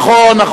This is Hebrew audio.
נכון.